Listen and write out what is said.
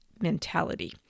mentality